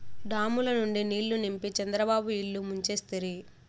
డాముల నిండా నీళ్ళు నింపి చంద్రబాబు ఇల్లు ముంచేస్తిరి